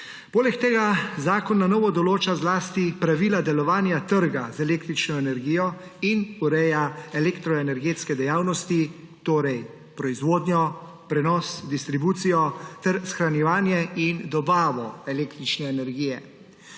Poleg tega zakon na novo določa zlasti pravila delovanja trga z električno energijo in ureja elektroenergetske dejavnosti, torej proizvodnjo, prenos, distribucijo ter shranjevanje in dobavo električne energije.